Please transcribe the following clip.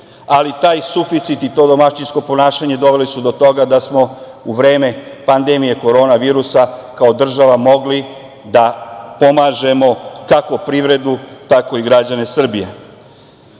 ali taj suficit i to domaćinsko ponašanje doveli su do toga da smo u vreme pandemije korona virusa kao država mogli da pomažemo kako privredu, tako i građane Srbije.